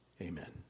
Amen